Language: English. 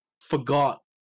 forgot